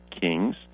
Kings